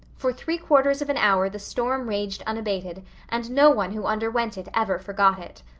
for three quarters of an hour the storm raged unabated and no one who underwent it ever forgot it.